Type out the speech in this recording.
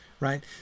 right